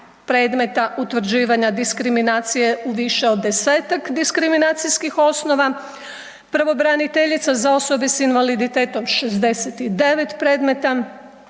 predmeta utvrđivanja diskriminacije u više od 10-tak diskriminacijskih osnova, pravobraniteljica za osobe s invaliditetom 69 predmeta,